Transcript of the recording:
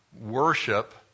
worship